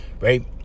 right